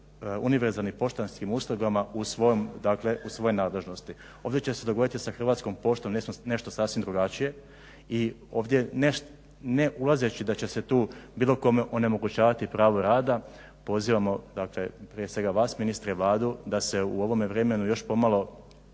univerzalnih poštanskih uslugama u svojoj nadležnosti. Ovdje će se dogoditi sa Hrvatskom poštom nešto sasvim drugačije i ovdje ne ulazeći da će se tu bilo kome onemogućavati pravo rada pozivamo prije svega vas ministre i Vladu da se u ovom vremenu još pomalo